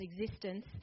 existence